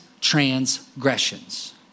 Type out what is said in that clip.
transgressions